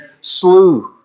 slew